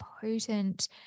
potent